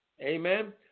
Amen